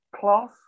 class